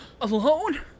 Alone